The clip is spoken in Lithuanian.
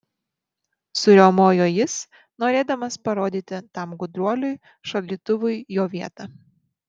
suriaumojo jis norėdamas parodyti tam gudruoliui šaldytuvui jo vietą